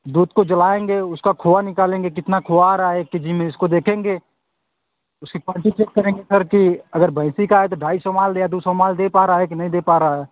दूध को जलाएँगे उसका खोआ निकालेंगे कितना खोआ आ रहा है एक के जी में इसको देखेंगे उसकी क्वालटी चेक करेंगे सर कि अगर भैंसी का है तो ढाई सौ माल या दो सौ माल दे पा रहा है कि नहीं दे पा रहा है